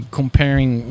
comparing